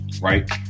Right